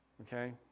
Okay